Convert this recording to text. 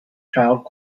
child